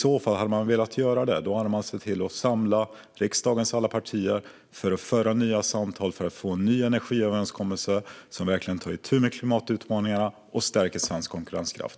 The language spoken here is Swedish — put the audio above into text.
Hade de velat göra det hade de samlat riksdagens alla partier för att föra nya samtal om en ny energiöverenskommelse som verkligen tar itu med klimatutmaningarna och stärker svensk konkurrenskraft.